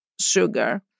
sugar